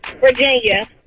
Virginia